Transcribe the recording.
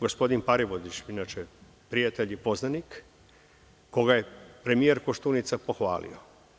Gospodin Parivodić, inače, prijatelj i poznanik, koga je premijer Koštunica pohvalio.